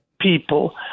people